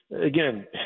Again